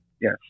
Yes